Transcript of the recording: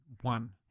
one